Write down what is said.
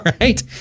Right